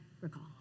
recall